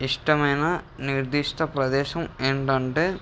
ఇష్టమైన నిర్దిష్ట ప్రదేశం ఏంటంటే